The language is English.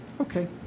Okay